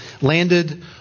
landed